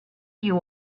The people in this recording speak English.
you